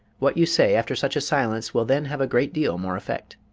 what you say after such a silence will then have a great deal more effect.